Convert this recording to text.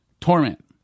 torment